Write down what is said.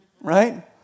right